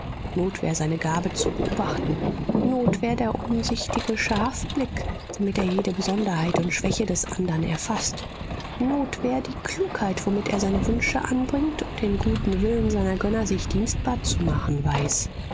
notwehr seine gabe zu beobachten notwehr der umsichtige scharfblick womit er jede besonderheit und schwäche des andern erfaßt notwehr die klugheit womit er seine wünsche anbringt und den guten willen seiner gönner sich dienstbar zu machen weiß